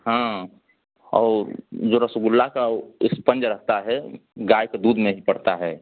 हाँ और जो रसगुल्ला का वो स्पंज रहता है गाय का दूध में ही पड़ता है